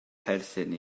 perthyn